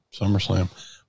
SummerSlam